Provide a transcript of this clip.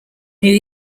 new